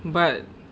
but